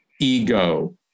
ego